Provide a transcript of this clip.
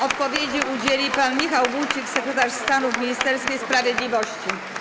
Odpowiedzi udzieli pan Michał Wójcik, sekretarz stanu w Ministerstwie Sprawiedliwości.